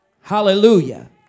Hallelujah